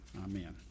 amen